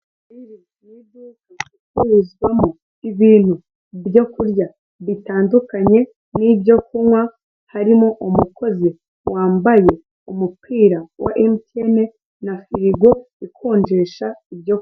Iri ni iduka ricururizwamo ibintu byo kurya bitandukanye n'ibyo kunywa, harimo umukozi wambaye umupira wa emutiyene, na firigo ikonjesha ibyo.